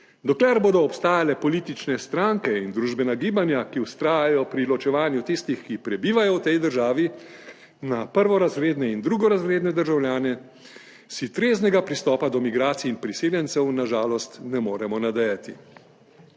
Dokler bodo obstajale politične stranke in družbena gibanja, ki vztrajajo pri ločevanju tistih, ki prebivajo v tej državi, na prvorazredne in drugorazredne državljane, si treznega pristopa do migracij in priseljencev na žalost ne moremo nadejati.